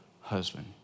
husband